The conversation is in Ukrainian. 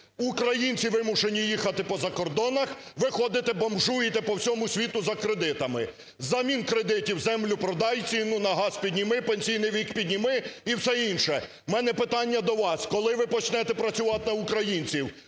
Українці вимушені їхати по закордонах. Ви ходите, бомжуєте по всьому світу за кредитами! Взамін кредитів землю продай, ціну на газ підніми, пенсійний вік підніми і все інше. У мене питання до вас: коли ви почнете працювати на українців,